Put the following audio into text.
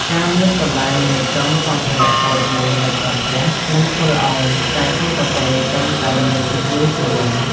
ការមានកន្លែងរៀបចំសម្ភារៈតូចមួយនៅក្នុងផ្ទះ នឹងធ្វើឱ្យការឆុងកាហ្វេកាន់តែមានភាពងាយស្រួល។